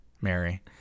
Mary